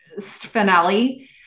finale